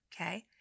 okay